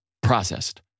processed